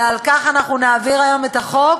ועל כך אנחנו נעביר היום את החוק,